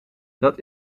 dat